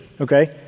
okay